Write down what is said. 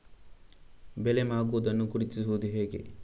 ಬೆಳೆ ಮಾಗುವುದನ್ನು ಗುರುತಿಸುವುದು ಹೇಗೆ?